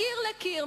מקיר לקיר,